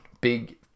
Big